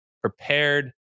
prepared